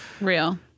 real